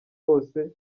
bose